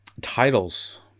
titles